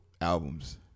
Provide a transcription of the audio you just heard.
albums